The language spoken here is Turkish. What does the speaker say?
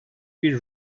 bir